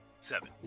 Seven